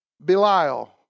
Belial